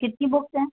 कितनी बुक्स हैं